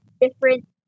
different